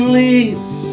leaves